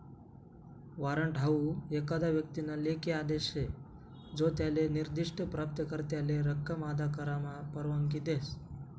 warrant हाऊ एखादा व्यक्तीना लेखी आदेश शे जो त्याले निर्दिष्ठ प्राप्तकर्त्याले रक्कम अदा करामा परवानगी देस